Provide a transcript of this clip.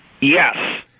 Yes